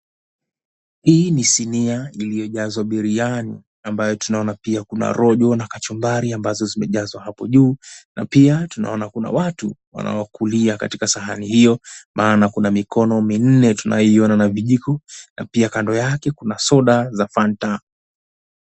Hii ni sinia iliyojazwa biriyani ambayo tunaona pia kuna rojo na kachumbari ambazo zimejazwa hapo juu, na pia tunaona kuna watu wanaokulia katika sahani hiyo maana kuna mikono minne tunaiona na vijiko na pia kando yake kuna soda za Fanta.